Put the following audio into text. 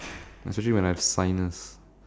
especially when I have sinus